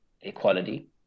equality